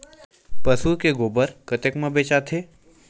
पशु के गोबर कतेक म बेचाथे?